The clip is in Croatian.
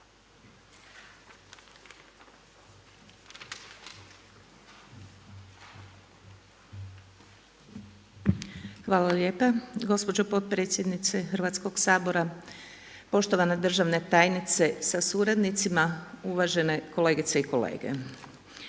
Hvala potpredsjednice Hrvatskoga sabora, uvažena državna tajnice sa suradnicama, poštovane kolegice i kolege